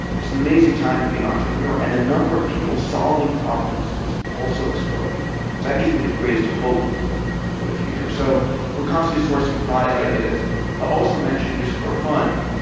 it's an amazing time to be an entrepreneur, and the number of people solving problems is also exploding, so that gives me the greatest hope for the future. so we're constantly sourcing prize ideas. i'll also mention, just for fun,